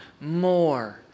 more